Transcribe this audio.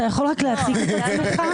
אתה יכול רק להציג את עצמך?